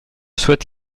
souhaite